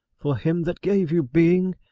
for him that gave you being?